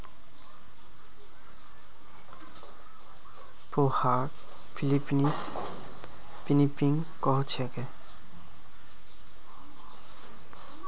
पोहाक फ़िलीपीन्सत पिनीपिग कह छेक